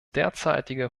derzeitige